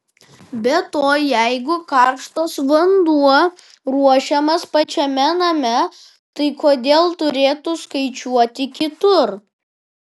be to jeigu karštas vanduo ruošiamas pačiame name tai kodėl turėtų skaičiuoti kitur